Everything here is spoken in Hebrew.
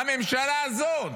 הממשלה הזאת.